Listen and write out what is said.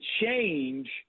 change